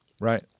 right